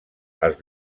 els